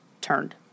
turned